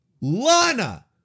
Lana